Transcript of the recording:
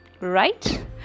Right